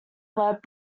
led